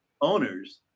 owners